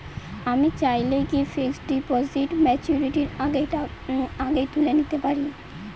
আমি চাইলে কি ফিক্সড ডিপোজিট ম্যাচুরিটির আগেই তুলে নিতে পারি?